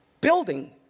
building